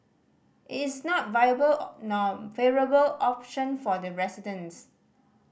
it is not viable or nor favourable option for the residents